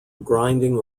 grinding